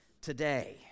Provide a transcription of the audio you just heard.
today